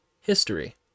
history